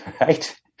right